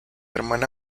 hermana